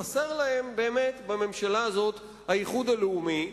חסר להם בממשלה הזאת האיחוד הלאומי,